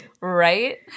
right